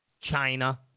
China